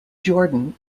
jordan